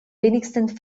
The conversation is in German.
wenigsten